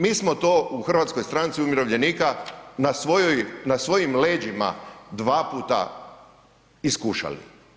Mi smo to u Hrvatskoj stranci umirovljenika na svojim leđima dva puta iskušali.